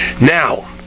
Now